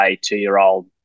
two-year-old